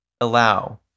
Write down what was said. allow